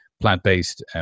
plant-based